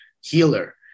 healer